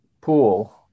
pool